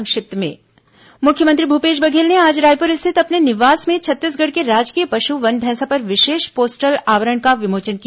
संक्षिप्त समाचार मुख्यमंत्री भूपेश बघेल ने आज रायपुर स्थित अपने निवास में छत्तीसगढ़ के राजकीय पुश वन भैंसा पर विशेष पोस्टल आवरण का विमोचन किया